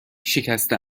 شکسته